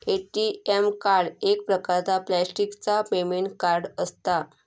ATM card एक प्रकारचा प्लॅस्टिकचा पेमेंट कार्ड असता